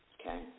Okay